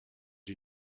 you